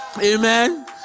Amen